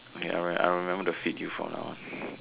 oh ya you're right I remember the feet you found out